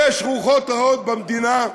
יש רוחות רעות במדינה,